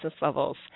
levels